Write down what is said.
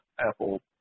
Apple